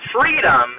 Freedom